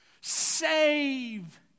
Save